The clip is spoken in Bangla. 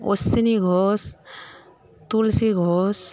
অশ্বিনী ঘোষ তুলসী ঘোষ